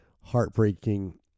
heartbreaking